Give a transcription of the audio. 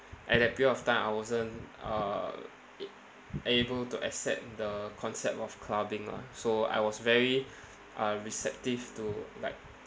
at that period of time I wasn't uh a~ able to accept the concept of clubbing lah so I was very uh receptive to like